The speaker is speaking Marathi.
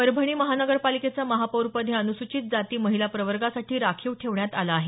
परभणी महानगरापलिकेचं महापौर पद हे अनुसूचित जाती महिला प्रवर्गासाठी राखीव ठेवण्यात आलं आहे